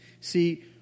See